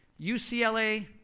UCLA